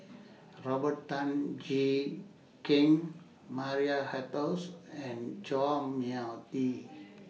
Robert Tan Jee Keng Maria Hertogh and Chua Mia Tee